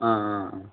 ஆ ஆ